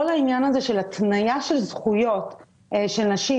כל העניין הזה של התניה של זכויות של נשים